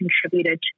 contributed